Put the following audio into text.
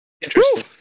Interesting